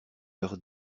leur